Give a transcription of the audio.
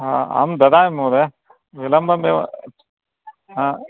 हा अहं ददामि महोदय विलम्बमेव हा